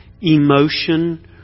emotion